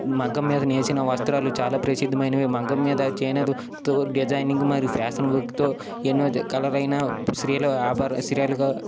మగ్గం మీద నేసిన వస్త్రాలు చాలా ప్రసిద్ధమైనవి మగ్గం మీద చేనేత వర్క్తో డిజైనింగ్ మరియు ఫ్యాషన్ వర్క్తో ఎన్నో రకాలైన